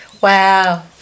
Wow